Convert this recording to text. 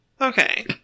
Okay